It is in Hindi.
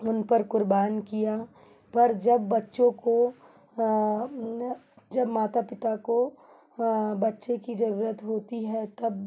उन पर कुर्बान किया पर जब बच्चों को जब माता पिता को बच्चे कि ज़रूरत होती है तब